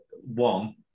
one